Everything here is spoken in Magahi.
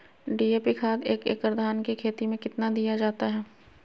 डी.ए.पी खाद एक एकड़ धान की खेती में कितना दीया जाता है?